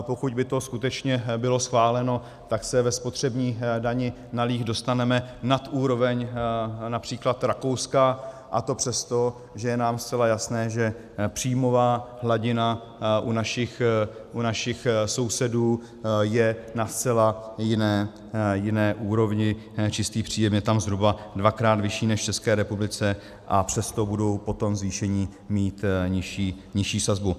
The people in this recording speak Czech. Pokud by to skutečně bylo schváleno, tak se ve spotřební dani na líh dostaneme na úroveň například Rakouska, a to přesto, že je nám zcela jasné, že příjmová hladina u našich sousedů je na zcela jiné úrovni, čistý příjem je tam zhruba dvakrát vyšší než v České republice, a přesto budou po tom zvýšení mít nižší sazbu.